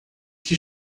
que